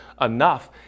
enough